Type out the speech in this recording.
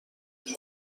ماهی